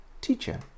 teacher